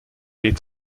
est